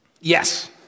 Yes